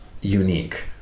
unique